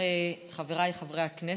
חבריי חברי הכנסת,